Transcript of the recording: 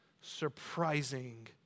surprising